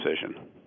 decision